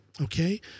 Okay